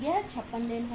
यह 56 दिन है